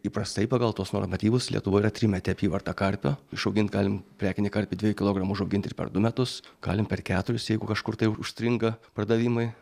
įprastai pagal tuos normatyvus lietuvoj yra trimetė apyvartą karpio išaugint galim prekinį karpį dviejų kilogramų užaugint ir per du metus galim per keturis jeigu kažkur tai užstringa pardavimai